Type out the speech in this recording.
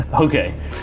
Okay